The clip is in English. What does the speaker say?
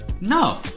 No